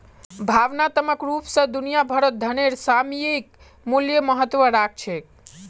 भावनात्मक रूप स दुनिया भरत धनेर सामयिक मूल्य महत्व राख छेक